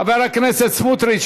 חבר הכנסת סמוטריץ,